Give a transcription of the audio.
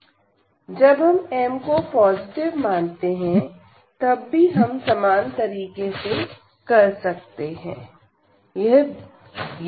mm1mn 1 जब हम m को पॉजिटिव मानते हैं तब भी हम समान तरीके से कर सकते है